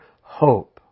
hope